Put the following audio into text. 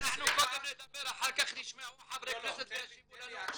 אולי אנחנו קודם נדבר ואחר כך ישמעו חברי הכנסת וישיבו לנו.